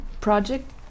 project